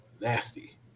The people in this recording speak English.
Nasty